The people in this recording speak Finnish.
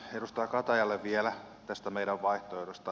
edustaja katajalle vielä tästä meidän vaihtoehdosta